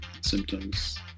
symptoms